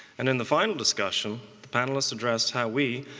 and then the final discussion, the panelists address how we,